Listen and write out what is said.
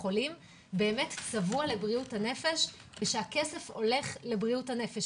החולים באמת צבוע לבריאות הנפש ושהכסף הולך לבריאות הנפש,